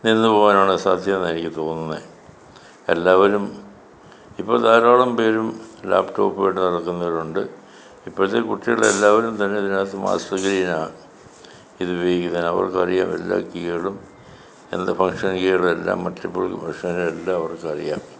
നിന്നു പോകാനുള്ള സാധ്യതയാണെന്നാണ് എനിക്ക് തോന്നുന്നേ എല്ലാവരും ഇപ്പോൾ ധാരാളം പേരും ലാപ്ടോപുമായിട്ട് നടക്കുന്നവരുണ്ട് ഇപ്പോഴത്തെ കുട്ടികളെല്ലാവരും തന്നെ ഇതിനകത്ത് മാസ്റ്റർ ഇത് ഉപയോഗിക്കുന്ന അവർക്ക് അറിയാം എല്ലാ കീകളും എന്താ ഭാഷ കീകളുമെല്ലാം മറ്റ് ഭാഷയുടെ എല്ലാം അവർക്ക് അറിയാം